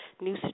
new